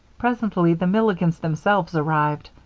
presently the milligans themselves arrived.